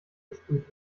gesprüht